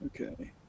Okay